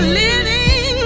living